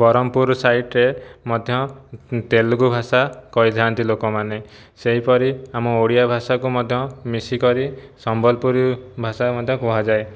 ବ୍ରହ୍ମପୁର ସାଇଟରେ ମଧ୍ୟ ତେଲୁଗୁ ଭାଷା କହିଥାନ୍ତି ଲୋକମାନେ ସେହିପରି ଆମ ଓଡ଼ିଆ ଭାଷାକୁ ମଧ୍ୟ ମିଶିକରି ସମ୍ବଲପୁରୀ ଭାଷା ମଧ୍ୟ କୁହାଯାଏ